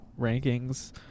rankings